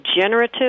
generative